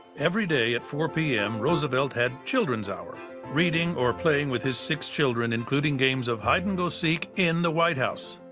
every day at four zero pm, roosevelt had children's hour reading or playing with his six children, including games of hide-and-go-seek in the white house.